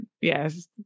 yes